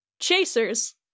chasers